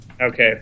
Okay